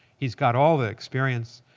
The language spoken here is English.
he's got all the experience,